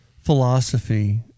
philosophy